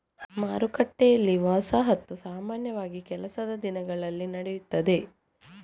ಮಾರುಕಟ್ಟೆಯಲ್ಲಿ, ವಸಾಹತು ಸಾಮಾನ್ಯವಾಗಿ ಕೆಲಸದ ದಿನಗಳಲ್ಲಿ ನಡೆಯುತ್ತದೆ